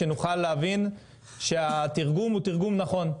שנוכל להבין שהתרגום הוא תרגום נכון.